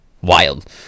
wild